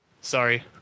Sorry